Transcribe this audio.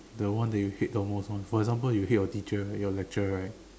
the one that you hate the most one for example you hate your teacher right your lecturer right